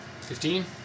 Fifteen